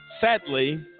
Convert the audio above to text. sadly